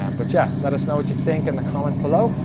um but yeah, let us know what you think in the comments below.